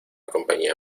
compañía